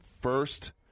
first